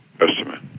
estimate